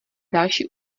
další